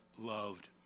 loved